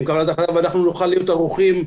ונוכל להיות ערוכים,